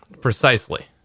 Precisely